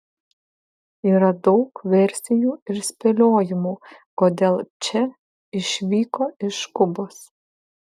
yra daug versijų ir spėliojimų kodėl če išvyko iš kubos